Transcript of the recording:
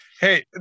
Hey